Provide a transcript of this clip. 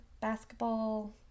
basketball